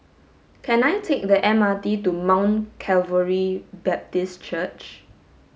can I take the M R T to Mount Calvary Baptist Church